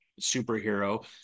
superhero